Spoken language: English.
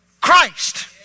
Christ